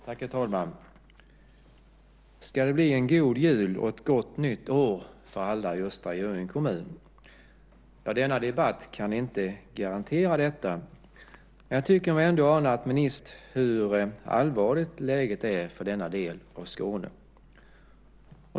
Herr talman! Ska det bli en god jul och ett gott nytt år för alla i Östra Göinge kommun? Denna debatt kan inte garantera det, men jag tycker mig ändå ana att ministern har insett hur allvarligt läget är för denna del av Skåne.